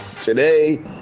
today